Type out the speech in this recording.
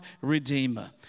Redeemer